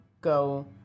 go